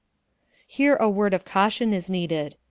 here a word of caution is needed.